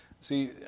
See